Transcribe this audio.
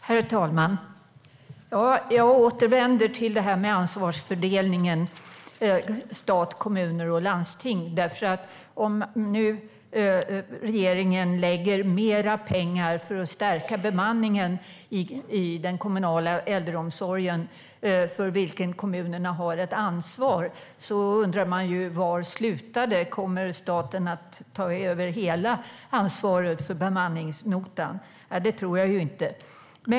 Herr talman! Jag återvänder till det här med ansvarsfördelningen mellan stat, kommuner och landsting. Om regeringen nu lägger mer pengar för att stärka bemanningen i den kommunala äldreomsorgen, för vilken kommunerna har ansvar, undrar man var det slutar. Kommer staten att ta över hela ansvaret för bemanningsnotan? Nej, det tror jag inte.